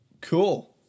Cool